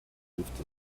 hilft